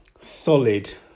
solid